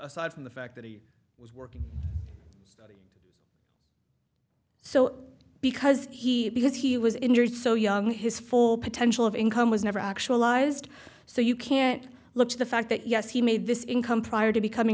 aside from the fact that he was working so because he because he was injured so young his full potential of income was never actualized so you can't look at the fact that yes he made this income prior to becoming